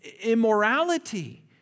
immorality